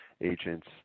agents